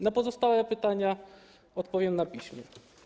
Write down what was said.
Na pozostałe pytania odpowiem na piśmie.